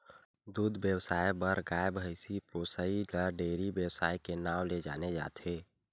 दूद बेवसाय बर गाय, भइसी पोसइ ल डेयरी बेवसाय के नांव ले जाने जाथे